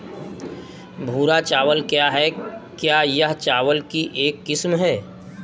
भूरा चावल क्या है? क्या यह चावल की एक किस्म है?